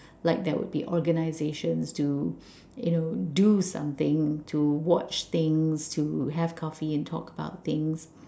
like that would be organizations to you know do something to watch things to have coffee and talk about things